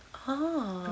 ah